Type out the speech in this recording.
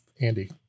Andy